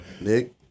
Nick